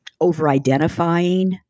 over-identifying